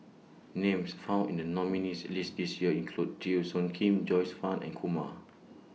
Names found in The nominees' list This Year include Teo Soon Kim Joyce fan and Kumar